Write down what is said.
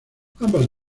ambas